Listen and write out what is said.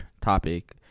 topic